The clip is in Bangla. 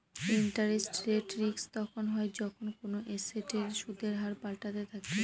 ইন্টারেস্ট রেট রিস্ক তখন হয় যখন কোনো এসেটের সুদের হার পাল্টাতে থাকে